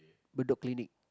Bedok clinic